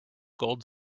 gold